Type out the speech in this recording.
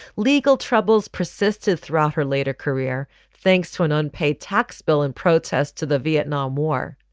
legal troubles persisted throughout her later career thanks to an unpaid tax bill in protest to the vietnam war.